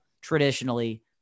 traditionally